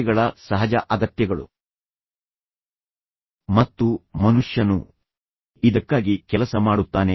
ಈಗ ಇಬ್ಬರ ನಡುವಿನ ಅಂತರ ವೈಯಕ್ತಿಕ ಸಂಘರ್ಷಕ್ಕೆ ಸಂಬಂಧಿಸಿದಂತೆ ಇದೇ ರೀತಿಯ ಪರಿಸ್ಥಿತಿ ನಡೆಯುತ್ತಿದೆ